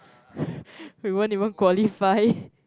we won't even qualify